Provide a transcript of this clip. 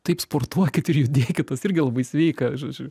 taip sportuokit ir judėkit tas irgi labai sveika žodžiu